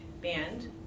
band